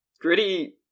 Gritty